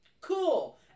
Cool